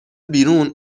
بیرون